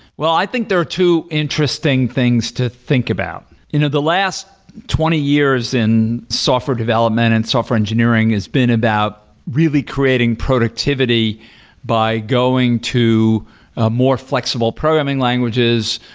well, i think there are two interesting things to think about. you know the last twenty years in software development and software engineering has been about really creating productivity by going to ah more flexible programming languages,